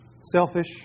selfish